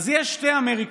אז יש שתי אמריקות: